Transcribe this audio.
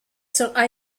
sur